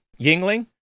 yingling